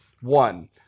One